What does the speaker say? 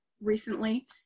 recently